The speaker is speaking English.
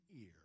ear